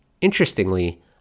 Interestingly